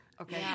Okay